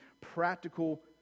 practical